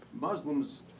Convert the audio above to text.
Muslims